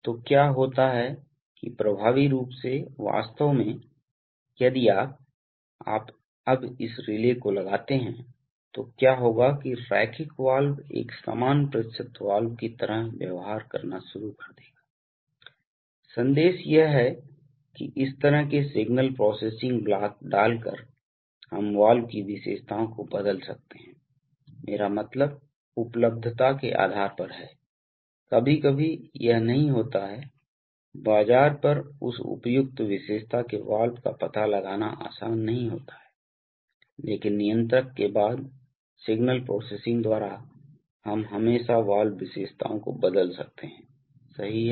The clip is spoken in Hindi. तो क्या होता है कि प्रभावी रूप से वास्तव में यदि आपआप अब इस रिले को लगाते हैं तो क्या होगा कि रैखिक वाल्व एक समान प्रतिशत वाल्व की तरह व्यवहार करना शुरू कर देगा संदेश यह है कि इस तरह के सिग्नल प्रोसेसिंग ब्लॉक डाल कर हम वाल्व की विशेषताओं को बदल सकते हैं मेरा मतलब उपलब्धता के आधार पर है कभी कभी यह नहीं होता है बाजार पर उस उपयुक्त विशेषता के वाल्व का पता लगाना आसान नहीं होता है लेकिन नियंत्रक के बाद सिग्नल प्रोसेसिंग द्वारा हम हमेशा वाल्व विशेषताओं को बदल सकते हैं सही है